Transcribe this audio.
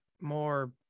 more